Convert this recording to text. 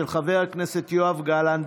של חבר הכנסת יואב גלנט.